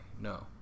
No